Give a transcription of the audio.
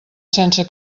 sense